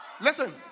Listen